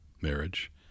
marriage